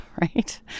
right